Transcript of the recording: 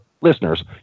listeners